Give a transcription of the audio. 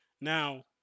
Now